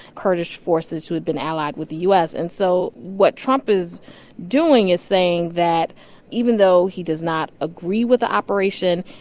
kurdish forces who have been allied with the u s. and so what trump is doing is saying that even though he does not agree with the operation,